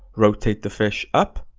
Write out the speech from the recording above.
rotate the fish up,